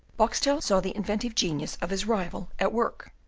boxtel saw the inventive genius of his rival at work.